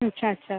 अच्छा अच्छा